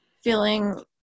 feeling